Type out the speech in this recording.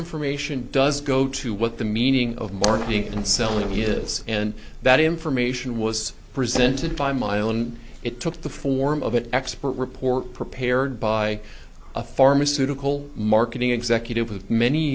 information does go to what the meaning of marketing and selling is and that information was presented by my own it took the form of an expert report prepared by a pharmaceutical marketing executive of many